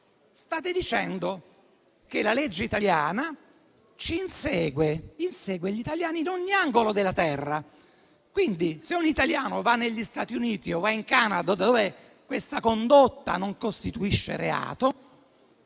state dicendo che la legge italiana insegue gli italiani in ogni angolo della Terra. Quindi, se un italiano va negli Stati Uniti o in Canada, dove questa condotta non costituisce reato,